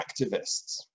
activists